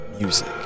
music